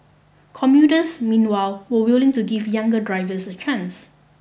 commuters meanwhile were willing to give younger drivers a chance